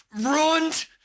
ruined